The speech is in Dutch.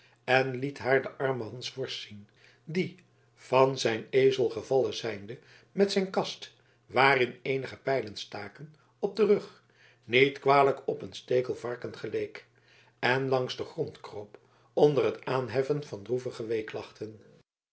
en liet haar den armen hansworst zien die van zijn ezel gevallen zijnde met zijn kast waarin eenige pijlen staken op den rug niet kwalijk op een stekelvarken geleek en langs den grond kroop onder het aanheffen van droevige weeklachten